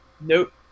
Nope